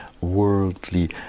worldly